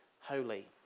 holy